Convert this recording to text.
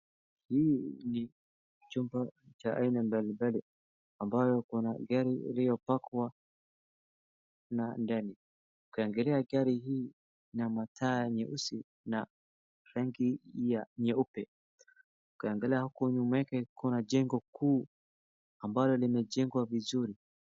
Hii ni chumba cha aina mbalimbali ambayo kuna gari iliyopakwa na ndani. Ukiangalia gari hii ina mataa nyeusi na rangi ya nyeupe. Ukiangalia huku nyuma yake kuna jengo kuu ambalo limejengwa vizuri.